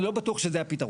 אני לא בטוח שזה הפתרון.